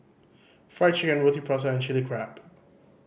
Fried Chicken Roti Prata and Chilli Crab